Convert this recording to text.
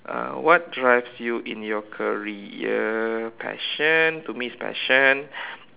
uh what drives you in your career passion to me it's passion